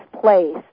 place